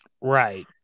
Right